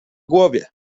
głowie